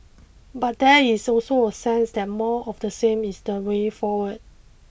but there is also a sense that more of the same is the way forward